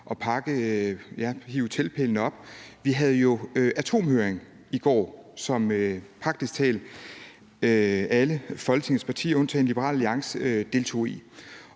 med hive teltpælene op. Vi havde en atomhøring i går, som praktisk talt alle Folketingets partier undtagen Liberal Alliance deltog i,